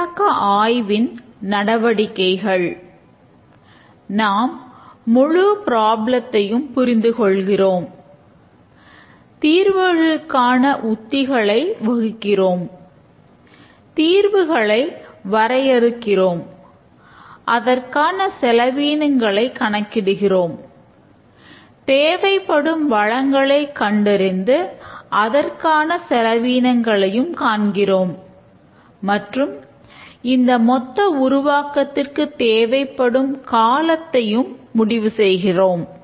செயலாக்க ஆய்வின் நடவடிக்கைகள் நாம் முழு ப்ராப்ளத்தையும் புரிந்து கொள்கிறோம் தீர்வுகளுக்கான உத்திகளையும் வகுக்கிறோம் தீர்வுகளை வரையருக்கிறோம் அதற்கான செலவீனங்களை கண்க்கிடுகிறோம் தேவைப்படும் வளங்களை கண்டுபிடித்து அதற்கான செலவினங்களையும் காண்கிறோம் மற்றும் இந்த மொத்த உருவாக்கத்திற்கு தேவைப்படும் காலத்தையும் முடிவு செய்கிறோம்